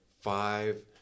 five